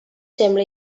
sembla